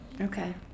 Okay